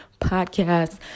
Podcast